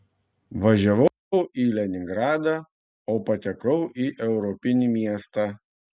važiavau į leningradą o patekau į europinį miestą